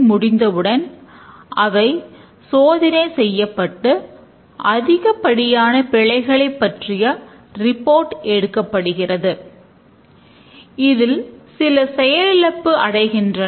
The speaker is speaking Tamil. பிறகு நாம் அவற்றை மிகவும் சிறிய அளவிலான செயல்களாகப் பிரிக்கிறோம்